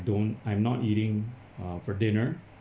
don't I'm not eating uh for dinner